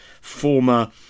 former